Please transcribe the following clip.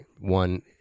one